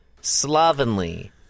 slovenly